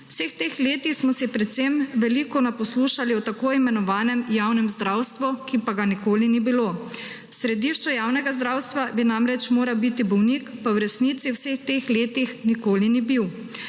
vseh teh letih smo si predvsem veliko naposlušali o tako imenovanem javnem zdravstvu, ki pa ga nikoli ni bilo. V središču javnega zdravstva namreč mora biti bolnik, pa v resnici v vseh teh letih nikoli ni bil.